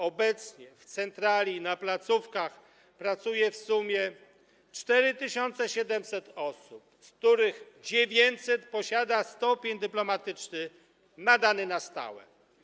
Obecnie w centrali na placówkach pracuje w sumie 4700 osób, z których 900 posiada stopień dyplomatyczny nadany na stałe.